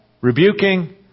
rebuking